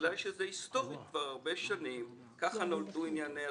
בגלל שזה כבר הרבה שנים, ככה נולדו ענייני התקנות,